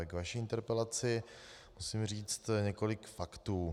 K vaší interpelaci musím říct několik faktů.